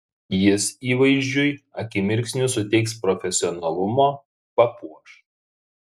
jis įvaizdžiui akimirksniu suteiks profesionalumo papuoš